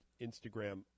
Instagram